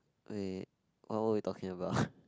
wait what were you talking about